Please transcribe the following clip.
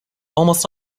almost